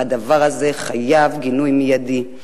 והדבר הזה חייב גינוי מיידי.